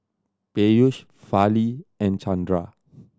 Peyush Fali and Chandra